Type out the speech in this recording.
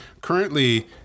currently